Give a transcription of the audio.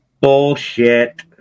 Bullshit